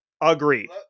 Agreed